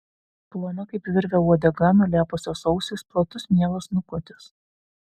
plona kaip virvė uodega nulėpusios ausys platus mielas snukutis